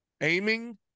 aiming